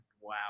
Wow